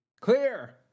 Clear